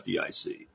FDIC